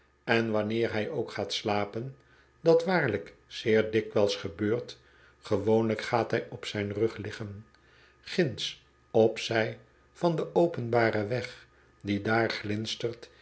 en wanneer hij ook gaat slapen dat waarlijk zeer dikwijls gebeurt gewoonlijk gaat hij op zijn rug liggen ginds op zij van den openbaren weg die daar